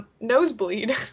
Nosebleed